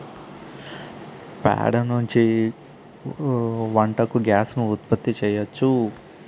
ప్యాడ నుంచి వంటకు గ్యాస్ ను ఉత్పత్తి చేయచ్చు